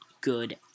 good